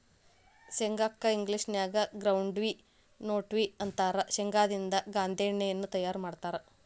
ಶೇಂಗಾ ಕ್ಕ ಇಂಗ್ಲೇಷನ್ಯಾಗ ಗ್ರೌಂಡ್ವಿ ನ್ಯೂಟ್ಟ ಅಂತಾರ, ಶೇಂಗಾದಿಂದ ಗಾಂದೇಣ್ಣಿನು ತಯಾರ್ ಮಾಡ್ತಾರ